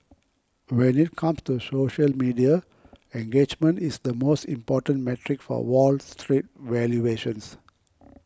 when it comes to social media engagement is the most important metric for Wall Street valuations